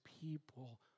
people